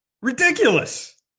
Ridiculous